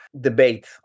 debate